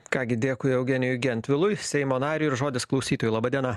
ką gi dėkui eugenijui gentvilui seimo nariui ir žodis klausytojui laba diena